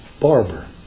barber